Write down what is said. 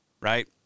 right